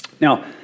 Now